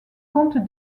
compte